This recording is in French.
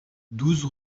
douze